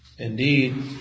Indeed